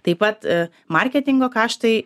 taip pat marketingo kaštai